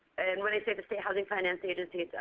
and when i say the state housing finance agency,